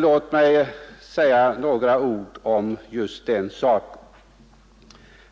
Låt mig säga några ord om just den saken.